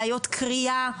בעיות קריאה,